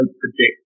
predict